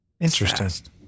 Interesting